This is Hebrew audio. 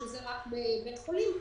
שזה רק בבית חולים,